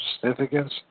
significance